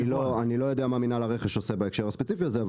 אני לא יודע מה מינהל הרכש עושה בהקשר הספציפי הזה,